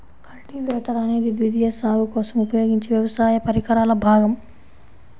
cultivator అనేది ద్వితీయ సాగు కోసం ఉపయోగించే వ్యవసాయ పరికరాల భాగం